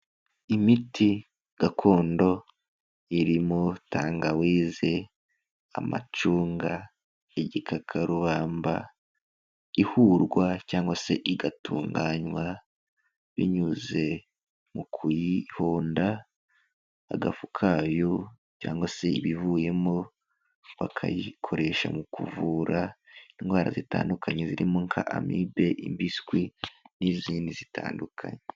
Imiti gakondo irimo tangawizi, amacunga, igikakarubamba, ihurwa cyangwa se igatunganywa binyuze mu kuyihonda, agafu kayo cyangwa se ibivuyemo bakayikoresha mu kuvura indwara zitandukanye, zirimo nka Amibe, impiswi n'izindi zitandukanye.